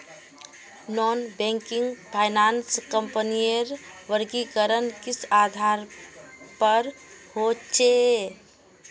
Non banking finance कंपनीर वर्गीकरण किस आधार पर होचे?